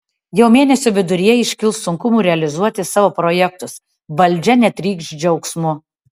jau mėnesio viduryje iškils sunkumų realizuoti savo projektus valdžia netrykš džiaugsmu